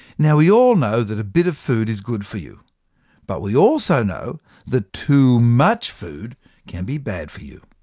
now we all know that a bit of food is good for you but we also know that too much food can be bad for you.